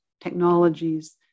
technologies